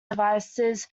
devices